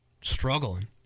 struggling